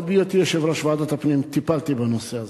עוד בהיותי יושב-ראש ועדת הפנים טיפלתי בנושא הזה.